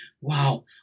wow